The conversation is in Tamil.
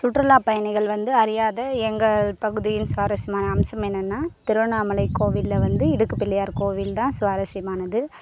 சுற்றுலா பயணிகள் வந்து அறியாத எங்கள் பகுதியின் சுவாரஸ்யமான அம்சம் என்னென்னா திருவண்ணாமலை கோவில்ல வந்து இடுக்குப் பிள்ளையார் கோவில்தான் சுவாரஸ்யமானது